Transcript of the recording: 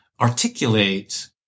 articulate